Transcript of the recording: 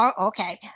Okay